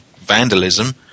vandalism